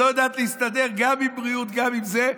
שלא יודעת להסתדר גם עם בריאות וגם עם זה.